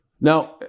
Now